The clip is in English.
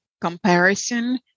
comparison